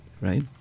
right